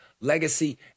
legacy